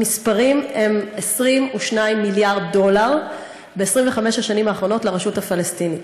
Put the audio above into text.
המספרים הם 22 מיליארד דולר ב-25 השנים האחרונות לרשות הפלסטינית.